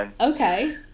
okay